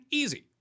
easy